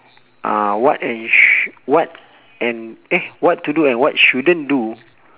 uh what and sh~ what and eh what to do and what shouldn't do